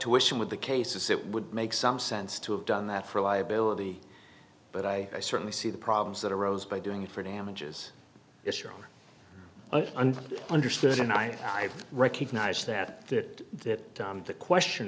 intuition with the case is it would make some sense to have done that for liability but i i certainly see the problems that arose by doing it for damages issue and understood and i recognize that that that the question